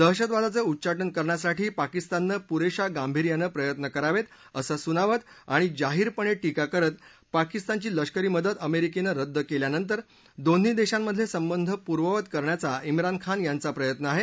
दहशतवादाचं उच्चाउं करण्यासाठी पाकिस्ताननं पुरेशा गांभीर्यानं प्रयत्न करावेत असं सुनावत आणि जाहीरपणे शिका करत पाकिस्तानची लष्करी मदत अमेरिकेनं रद्द केल्यानंतर दोन्ही देशांमधले संबंध पूर्ववत करण्याचा इम्रान खान यांचा प्रयत्न आहे